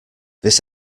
this